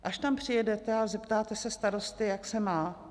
Až tam přijedete a zeptáte se starosty, jak se má.